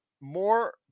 more